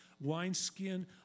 wineskin